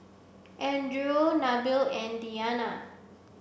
Nabil and Diyana